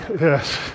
yes